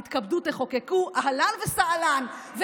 תתכבדו ותחוקקו, אהלן וסהלן.